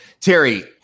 terry